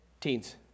teens